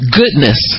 goodness